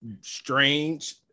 strange